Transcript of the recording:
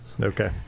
Okay